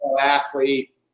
athlete